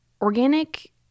organic